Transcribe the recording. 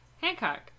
Hancock